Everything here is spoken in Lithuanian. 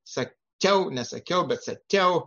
sakiau nesakiau bet sakiau